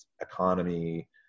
economy